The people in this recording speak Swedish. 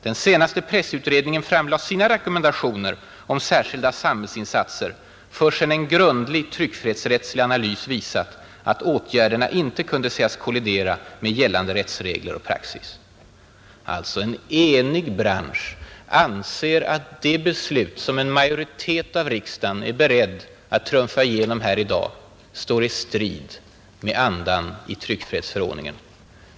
Den senaste pressutredningen framlade sina rekommendationer om särskilda samhällsinsatser först sedan en grundlig tryckfrihetsrättslig analys visat att åtgärderna icke kunde sägas kollidera med gällande rättsregler och praxis.” En enig bransch anser alltså att det beslut, som en majoritet i riksdagen är beredd att trumfa igenom i dag, står i strid med andan i tryckfrihetsförordningen.